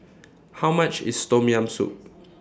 How much IS Tom Yam Soup